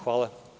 Hvala.